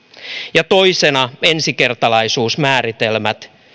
ja toisena ensikertalaisuusmääritelmät